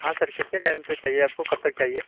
हाँ सर कितने टाइम पे चाहिए आपको कब तक चाहिए